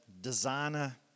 designer